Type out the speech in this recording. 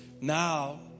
now